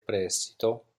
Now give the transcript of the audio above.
prestito